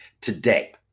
today